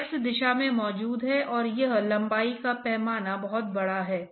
और आपको x और y के फंक्शन के रूप में एकाग्रता प्रोफाइल की आवश्यकता है